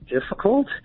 difficult